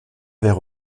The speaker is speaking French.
vers